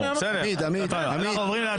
אנחנו עוברים להצבעה.